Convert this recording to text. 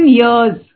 years